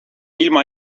ilma